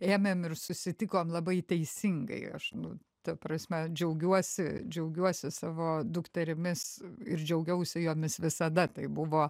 ėmėm ir susitikome labai teisingai aš nu ta prasme džiaugiuosi džiaugiuosi savo dukterimis ir džiaugiausi jomis visada tai buvo